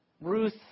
Ruth